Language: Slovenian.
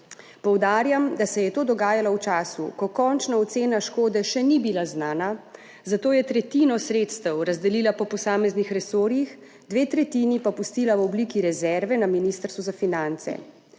Poudarjam, da se je to dogajalo v času, ko končna ocena škode še ni bila znana, zato je tretjino sredstev razdelila po posameznih resorjih, dve tretjini pa pustila v obliki rezerve na Ministrstvu za finance.